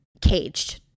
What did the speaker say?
caged